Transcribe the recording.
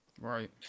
Right